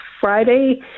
Friday